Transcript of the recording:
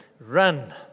run